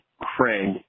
Craig